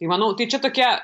tai manau tai čia tokia